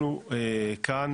אנחנו כאן,